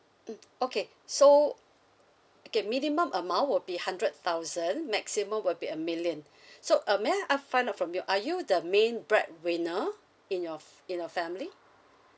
mm okay so okay minimum amount will be hundred thousand maximum will be a million so uh may I as~ find out from you are you the main breadwinner in your f~ in your family